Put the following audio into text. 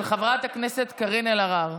של חברת הכנסת קארין אלהרר.